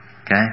Okay